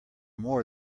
more